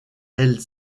elle